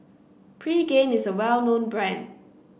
Pregain is a well known brand